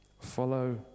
Follow